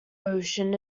ocean